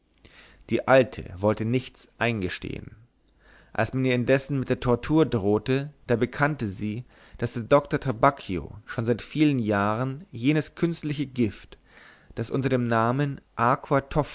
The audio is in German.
die alte wollte nichts eingestehen als man ihr indessen mit der tortur drohte da bekannte sie daß der doktor trabacchio schon seit vielen jahren jenes künstliche gift das unter dem namen